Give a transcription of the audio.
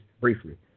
briefly